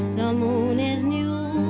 the moon is new,